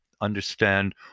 understand